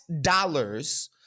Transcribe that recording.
dollars